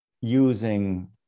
using